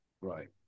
Right